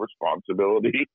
responsibility